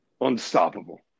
unstoppable